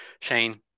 Shane